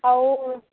ଆଉ